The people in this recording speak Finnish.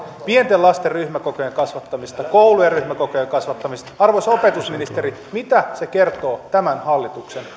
pienten lasten ryhmäkokojen kasvattamisesta koulujen ryhmäkokojen kasvattamisesta arvoisa opetusministeri mitä se kertoo tämän hallituksen